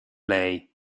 lei